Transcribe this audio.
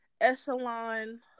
echelon